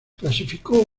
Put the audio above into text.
clasificó